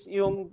yung